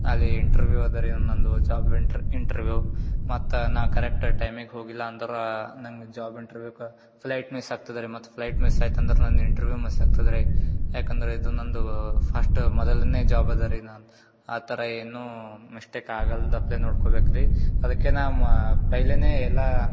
ಅಲ್ಲಿ ಇಂಟ್ರ್ವಿವ್ ಅದ ರೀ ನನ್ನದು ಜಾಬ್ ಇಂಟ್ರ್ ಇಂಟ್ರ್ವಿವ್ ಮತ್ತು ನಾ ಕರೆಕ್ಟ್ ಟೈಮಿಗೆ ಹೋಗಿಲ್ಲಂದ್ರೆ ನಂಗೆ ಜಾಬ್ ಇಂಟ್ರ್ವಿವ್ಗೆ ಫ್ಲೈಟ್ ಮಿಸ್ ಆಗ್ತದೆ ರೀ ಮತ್ತು ಫ್ಲೈಟ್ ಮಿಸ್ ಐತಂದ್ರೆ ನನ್ನ ಇಂಟ್ರ್ವಿವ್ ಮಿಸ್ ಆಗ್ತದೆ ರೀ ಯಾಕಂದರೆ ಇದು ನನ್ನದು ಫಸ್ಟು ಮೊದಲನೇ ಜಾಬ್ ಅದೆರಿ ನಂದು ಆ ಥರ ಏನೂ ಮಿಸ್ಟೇಕ್ ಆಗಲ್ದಪ್ಲೆ ನೋಡ್ಕೊಬೇಕು ರೀ ಅದಕ್ಕೆ ನ ಮಾ ಪೈಲೆನೆ ಎಲ್ಲ